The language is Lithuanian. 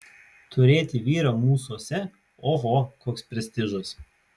turėti vyrą mūsuose oho koks prestižas